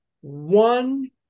one